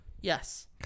Yes